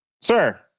sir